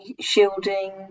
shielding